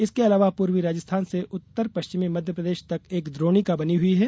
इसके अलावा पूर्वी राजस्थान से उत्तर पश्चिमी मध्यप्रदेश तक एक द्रोणिका बनी हुई है